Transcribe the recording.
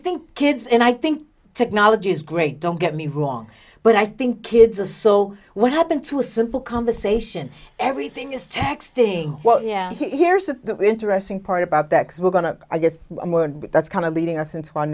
think kids and i think technology is great don't get me wrong but i think kids are so what happened to a simple conversation everything is texting well yeah he hears of the interesting part about that we're going to i guess that's kind of leading us into o